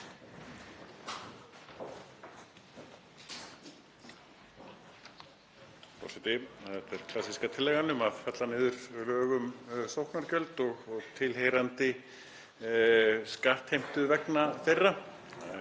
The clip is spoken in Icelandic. Þetta er klassíska tillagan um að fella niður lög um sóknargjöld og tilheyrandi skattheimtu vegna þeirra.